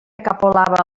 capolava